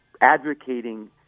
advocating